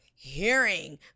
hearing